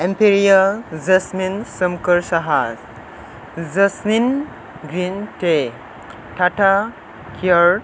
एम्पेरिया jasmine सोमखोर साहा jasmine green tea Tata care